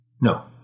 No